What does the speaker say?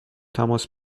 تماس